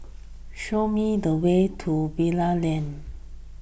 show me the way to Bali Lane